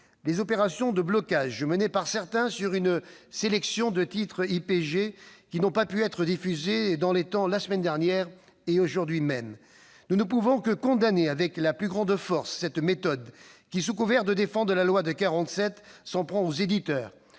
les opérations de blocage menées par certains sur une sélection de titres détenant la qualification IPG, qui n'ont pas pu être diffusés dans les temps la semaine dernière et aujourd'hui. Nous ne pouvons que condamner avec la plus grande force cette méthode, qui, sous couvert de défendre la loi de 1947, s'en prend aux éditeurs,